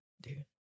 dude